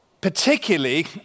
particularly